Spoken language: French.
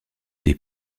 des